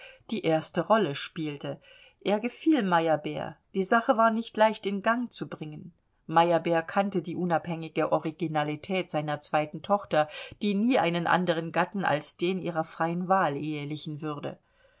die erste rolle spielte er gefiel meyerbeer die sache war nicht leicht in gang zu bringen meyerbeer kannte die unabhängige originalität seiner zweiten tochter die nie einen anderen gatten als den ihrer freien wahl ehelichen würde